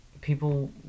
people